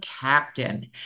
captain